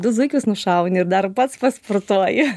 du zuikius nušauni ir dar pats pasportuoji